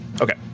Okay